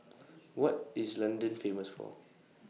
What IS London Famous For